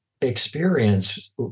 Experience